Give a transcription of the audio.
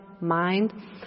mind